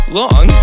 long